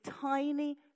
tiny